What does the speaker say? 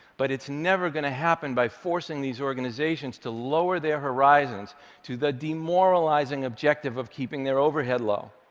but it's never going to happen by forcing these organizations to lower their horizons to the demoralizing objective of keeping their overhead low.